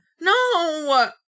No